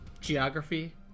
geography